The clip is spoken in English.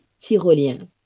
Tyrolien